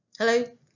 Hello